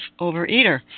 overeater